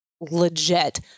legit